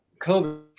covid